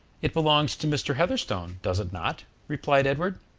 it belongs to mr. heatherstone, does it not? replied edward.